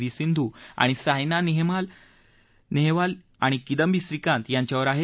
V Sindhu आणि सायना नेहवाल आणि किंदबी श्रीकांत यांच्यावर आहे